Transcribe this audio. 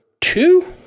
two